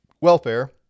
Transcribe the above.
welfare